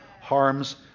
harm's